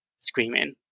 screaming